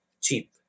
cheap